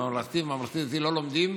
כשבממלכתי ובממלכתי-דתי לא לומדים,